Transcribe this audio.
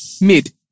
Mid